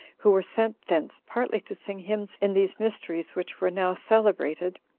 who were sent thence, partly to sing hymns in these mysteries which were now celebrated,